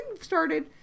started